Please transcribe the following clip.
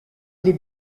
les